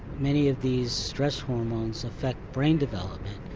many of these stress hormones affect brain development,